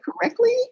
correctly